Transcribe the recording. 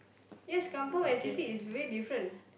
yes kampung and city is way different